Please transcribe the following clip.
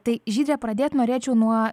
tai žydre pradėt norėčiau nuo